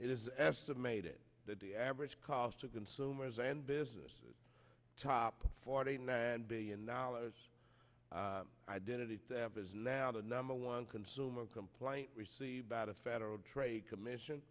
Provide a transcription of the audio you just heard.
it is estimated that the average cost to consumers and business top forty nine billion dollars identity theft is now the number one consumer complaint we see about a federal trade commission